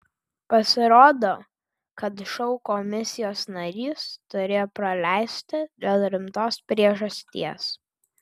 pasirodo kad šou komisijos narys turėjo praleisti dėl rimtos priežasties